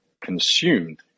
consumed